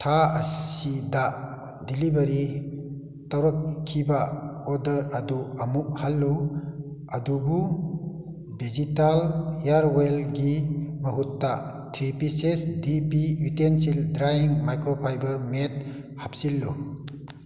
ꯊꯥ ꯑꯁꯤꯗ ꯗꯦꯂꯤꯚꯔꯤ ꯇꯧꯔꯛꯈꯤꯕ ꯑꯣꯔꯗꯔ ꯑꯗꯨ ꯑꯃꯨꯛ ꯍꯜꯂꯨ ꯑꯗꯨꯕꯨ ꯚꯤꯖꯤꯇꯥꯜ ꯍꯤꯌꯔ ꯋꯦꯜꯒꯤ ꯃꯍꯨꯠꯇ three pieces D P utensil drying microfiber mat ꯍꯥꯞꯆꯤꯜꯂꯨ